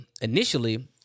initially